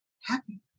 happy